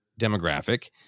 demographic –